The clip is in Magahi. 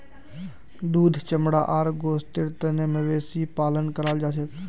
दूध चमड़ा आर गोस्तेर तने मवेशी पालन कराल जाछेक